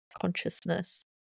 consciousness